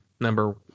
number